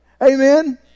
Amen